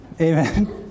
Amen